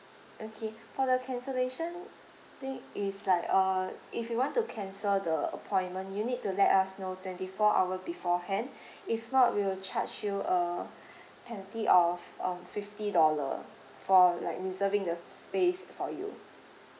okay for the cancellation think is like uh if you want to cancel the appointment you need to let us know twenty four hour beforehand if not we will charge you a penalty of um fifty dollar for like reserving the space for you